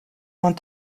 want